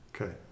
Okay